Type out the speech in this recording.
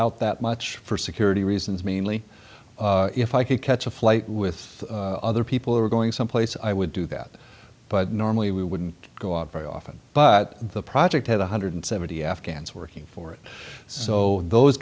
out that much for security reasons mainly if i could catch a flight with other people who were going someplace i would do that but normally we wouldn't go out very often but the project had one hundred seventy afghans working for it so those